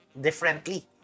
differently